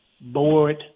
Board